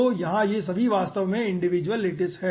तो यहाँ ये सभी वास्तव में इंडिविजुअल लैटिस हैं